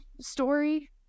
story